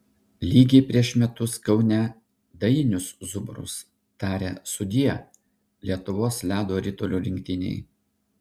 lygiai prieš metus kaune dainius zubrus tarė sudie lietuvos ledo ritulio rinktinei